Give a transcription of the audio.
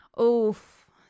Oof